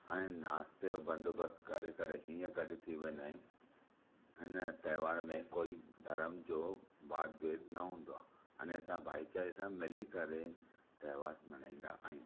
ऐं नास्ते जो बंदोबस्त करे करे हीअं गॾु थी वेंदा आहियूं हिन तहेवार में कोई धर्म जो वाद वेद न हूंदो आहे अन्यथा भाईचारे सां मिली करे तहेवार मनाईंदा आहियूं